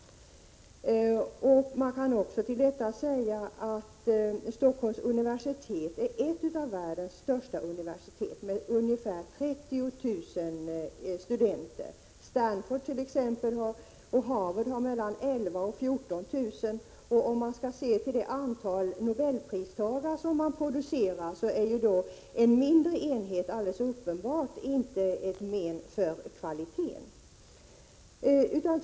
I detta sammanhang kan man även påpeka att Stockholms universitet är ett av världens största universitet med ungefär 30 000 studenter. Stanford och Harvard t.ex. har mellan 11 000 och 14 000 studenter. Om man ser till det antal Nobelpristagare som universiteten producerar är en mindre enhet alldeles uppenbart inte ett men för kvaliteten.